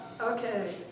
okay